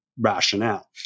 rationale